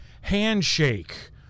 handshake